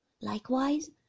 Likewise